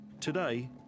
Today